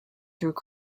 through